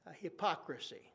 Hypocrisy